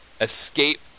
escape